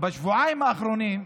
בשבועיים האחרונים,